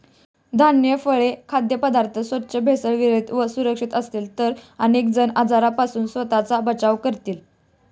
धान्य, फळे, खाद्यपदार्थ स्वच्छ, भेसळविरहित व सुरक्षित असतील तर अनेक जण आजारांपासून स्वतःचा बचाव करतील